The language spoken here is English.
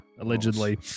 allegedly